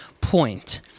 point